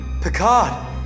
Picard